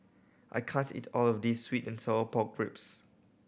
I can't eat all of this sweet and sour pork ribs